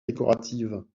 décoratives